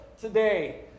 today